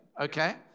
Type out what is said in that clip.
Okay